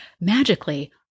Magically